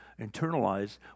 internalize